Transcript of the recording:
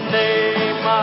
name